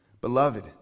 Beloved